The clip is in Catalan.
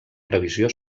previsió